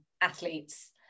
athletes